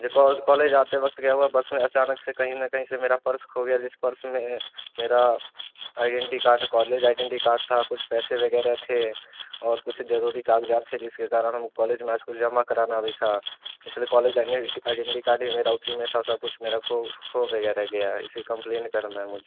ये कॉलेज आते वक़्त क्या हुआ बस में अचानक से कहीं ना कहीं से मेरा पर्स खो गया जिस पर्स में मेरा identity card college identity card था कुछ पैसे वग़ैरह थे और कुछ ज़रूरी काग़ज़ात थे जिसके कारण हम वह कॉलेज में इसको जमा करना भी था इसलिए कॉलेज जाने वि टि आइडेंटि कार्ड भी मेरा उसी में था सब कुछ मेरा को खो गया रह गया है इसे कम्प्लेन करना है मुझ